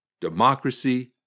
Democracy